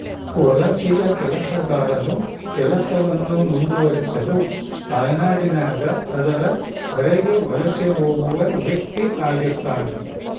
ವಲಸಿಗ ಕೆಲಸಗಾರನು ಕೆಲಸವನ್ನು ಮುಂದುವರಿಸಲು ತಾಯ್ನಾಡಿನಾಗ ಅದರ ಹೊರಗೆ ವಲಸೆ ಹೋಗುವ ವ್ಯಕ್ತಿಆಗಿರ್ತಾನ